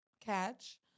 Catch